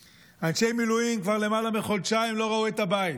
אנשי מילואים כבר למעלה מחודשיים לא ראו את הבית,